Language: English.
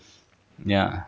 ya